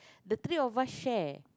the three of us share